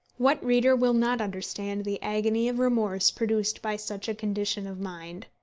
what reader will not understand the agony of remorse produced by such a condition of mind?